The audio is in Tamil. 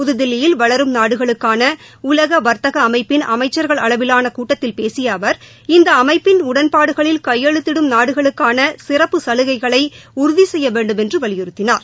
புதுதில்லியில் வளரும் நாடுகளுக்கான உலக வாத்தக அமைப்பின் அமைச்சா்கள் அளவிலாள கூட்டத்தில் பேசிய அவர் இந்த அமைப்பின் உடன்பாடுகளில் கையெழுத்திடும் நாடுகளுக்கான சிறப்பு சலுகைகளை உறுதி செய்ய வேண்டுமென்று வலியுறுத்தினார்